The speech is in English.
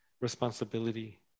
responsibility